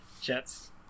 jets